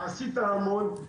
עשית המון.